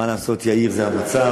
מה לעשות, יאיר, זה המצב.